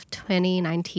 2019